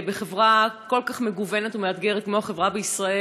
בחברה כל כך מגוונת ומאתגרת כמו החברה בישראל,